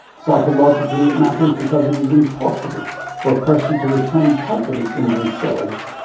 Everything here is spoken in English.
psychologically it matters because it is impossible for a person to retain confidence in themselves,